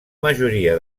majoria